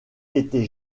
était